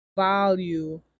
value